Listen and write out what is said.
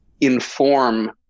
inform